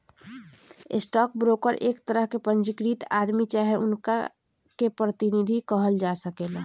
stock broker एक तरह के पंजीकृत आदमी चाहे उनका के प्रतिनिधि कहल जा सकेला